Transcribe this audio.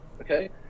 okay